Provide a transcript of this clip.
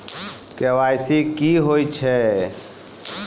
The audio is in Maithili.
के.वाई.सी की होय छै?